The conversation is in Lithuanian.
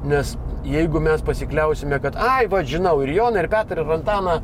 nes jeigu mes pasikliausime kad ai va žinau ir joną ir petrą ir antaną